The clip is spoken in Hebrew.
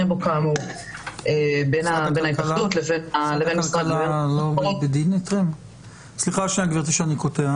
בו כאמור בין ההתאחדות לבין --- סליחה שאני קוטע,